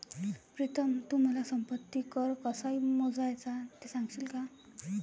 प्रीतम तू मला संपत्ती कर कसा मोजायचा ते सांगशील का?